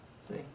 See